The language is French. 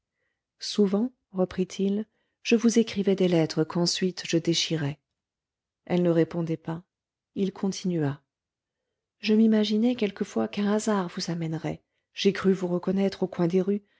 souvent reprit-il je vous écrivais des lettres qu'ensuite je déchirais elle ne répondait pas il continua je m'imaginais quelquefois qu'un hasard vous amènerait j'ai cru vous reconnaître au coin des rues